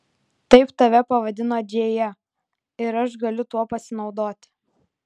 taip tave pavadino džėja ir aš galiu tuo pasinaudoti